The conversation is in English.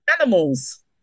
Animals